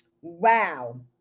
Wow